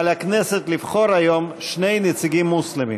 על הכנסת לבחור היום שני נציגים מוסלמים.